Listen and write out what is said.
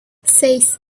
seis